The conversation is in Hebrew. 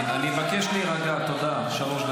אני לא אמרתי שלא אכפת לך.